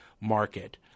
market